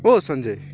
ओ Sanjay